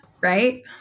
Right